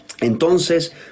Entonces